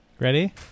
Ready